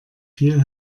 viel